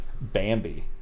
Bambi